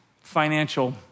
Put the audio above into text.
financial